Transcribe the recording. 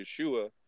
Yeshua